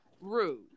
Rude